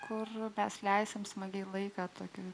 kur mes leisime smagiai laiką tokiems